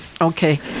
okay